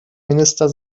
minister